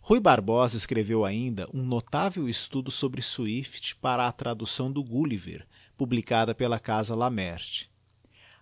ruy barbosa escreveu ainda um notável estudo sobre swift para atraducçãodo gulliver publicada pela casa laemmert